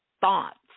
thoughts